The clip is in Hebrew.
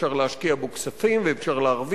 אפשר להשקיע בו כספים